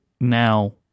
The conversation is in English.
now